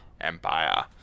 Empire